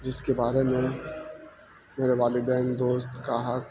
جس کے بارے میں میرے والدین دوست کا حق